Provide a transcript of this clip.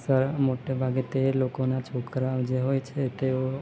sir મોટેભાગે તે લોકોના છોકરાઓ જે હોય છે તેઓ